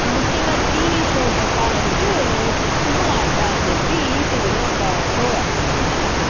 ముఖ్యంగా TV show చెప్పాలంటే సు సుమ అడ్డ అని చెప్పి ఈటీవీలో ఒక షో వేస్తారు అనమాట